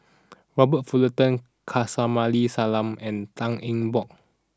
Robert Fullerton Kamsari Salam and Tan Eng Bock